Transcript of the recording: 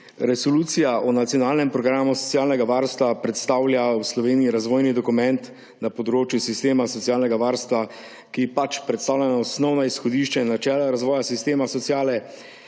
Resolucija o nacionalnem programu socialnega varstva predstavlja v Sloveniji razvojni dokument na področju sistema socialnega varstva, ki predstavlja osnovna izhodišča in načela razvoja sistema sociale,